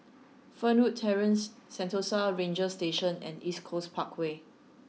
Fernwood Terrace Sentosa Ranger Station and East Coast Parkway